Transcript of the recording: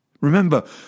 Remember